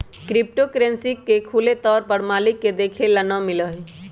कौनो crypto currency के खुले तौर पर मालिक के देखे ला ना मिला हई